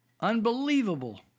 Unbelievable